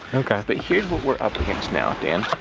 but here's what we're up against now, dan.